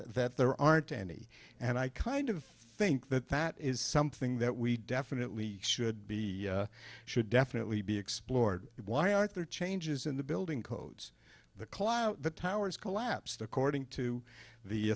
that there aren't any and i kind of think that that is something that we definitely should be should definitely be explored it why aren't there changes in the building codes the cloud the towers collapsed according to the